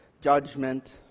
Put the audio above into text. judgment